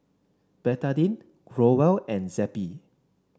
Betadine Growell and Zappy